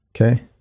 okay